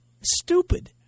Stupid